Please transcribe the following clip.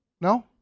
no